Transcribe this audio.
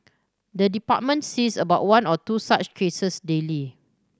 the department sees about one or two such cases daily